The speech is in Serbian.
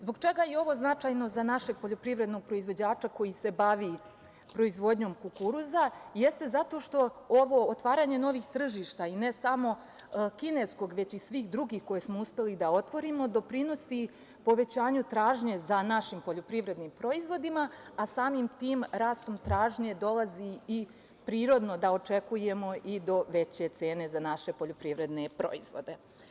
Zbog čega je ovo značajno za našeg poljoprivrednog proizvođača koji se bavi proizvodnjom kukuruza, jeste zato što otvaranje novih tržišta, i ne samo kineskog, već i svih drugih koje smo uspeli da otvorimo doprinosi povećanju tražnje za našim poljoprivrednim proizvodima, a samim tim rastom tražnje dolazi i prirodno da očekujemo i do veće cene za naše poljoprivredne proizvode.